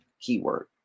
keyword